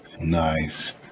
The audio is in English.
nice